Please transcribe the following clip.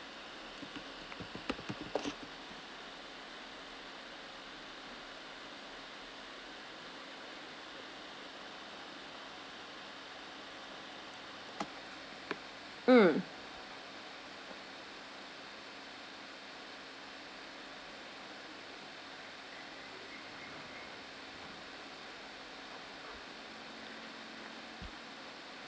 mm